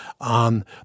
on